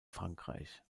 frankreich